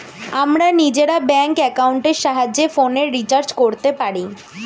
আমরা নিজেরা ব্যাঙ্ক অ্যাকাউন্টের সাহায্যে ফোনের রিচার্জ করতে পারি